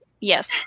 Yes